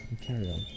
carry-on